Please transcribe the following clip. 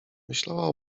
myślała